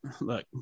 look